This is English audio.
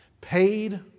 paid